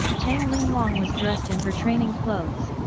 tang linglong was dressed in her training clothes,